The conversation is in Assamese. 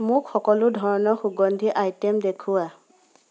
মোক সকলো ধৰণৰ সুগন্ধি আইটেম দেখুওৱা